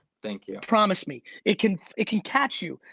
thank you promise me. it can it can catch you,